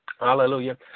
Hallelujah